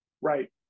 Right